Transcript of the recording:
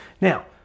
Now